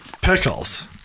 Pickles